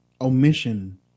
omission